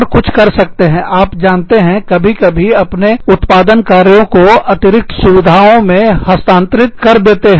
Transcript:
और कुछ कर सकते हैं आप जानते हैं कभी कभी अपने उत्पादन कार्यों को अतिरिक्त सुविधाओं में स्थानांतरित कर देते हैं